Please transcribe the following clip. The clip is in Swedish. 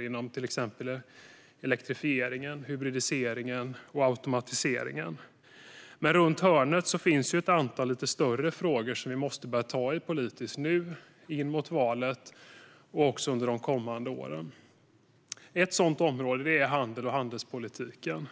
inom till exempel elektrifieringen, hybridiseringen och automatiseringen. Runt hörnet finns dock ett antal lite större frågor som vi politiskt måste börja ta i nu när vi närmar oss valet och också under de kommande åren. Ett sådant område är handel och handelspolitiken.